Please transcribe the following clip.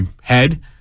head